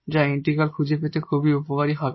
যা ইন্টিগ্রাল খুঁজে পেতে খুব উপকারী হবে